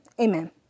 amen